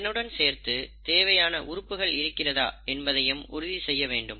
இதனுடன் சேர்த்து தேவையான உறுப்புகள் இருக்கிறதா என்பதையும் உறுதி செய்ய வேண்டும்